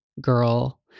girl